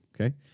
Okay